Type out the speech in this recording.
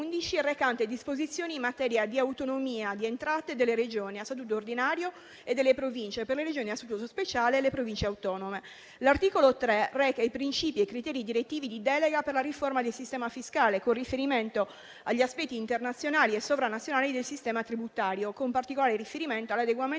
recante disposizioni in materia di autonomia di entrata delle Regioni a statuto ordinario e delle Province e per le Regioni a statuto speciale e le Province autonome. L'articolo 3 reca i principi e i criteri direttivi di delega per la riforma del sistema fiscale, con riguardo agli aspetti internazionali e sovranazionali del sistema tributario, con particolare riferimento all'adeguamento